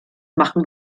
machen